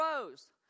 rose